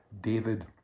david